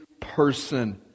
person